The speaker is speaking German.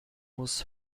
muss